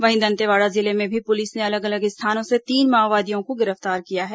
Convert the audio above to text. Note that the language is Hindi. वहीं दंतेवाड़ा जिले में भी पुलिस ने अलग अलग स्थानों से तीन माओवादियों को गिरफ्तार किया है